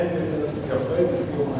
אין יותר יפה מסיום,